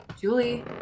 Julie